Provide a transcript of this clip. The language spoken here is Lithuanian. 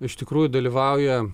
iš tikrųjų dalyvauja